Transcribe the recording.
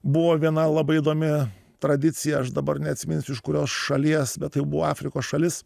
buvo viena labai įdomi tradicija aš dabar neatsiminsiu iš kurios šalies bet tai buvo afrikos šalis